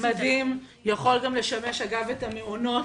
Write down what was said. הוא יכול לשמש גם את המעונות.